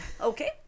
Okay